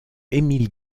émile